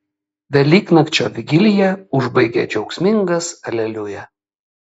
velyknakčio vigiliją užbaigia džiaugsmingas aleliuja